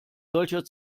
solcher